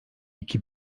iki